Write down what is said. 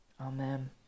Amen